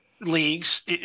leagues